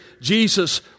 Jesus